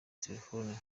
telefone